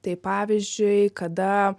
tai pavyzdžiui kada